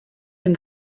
dem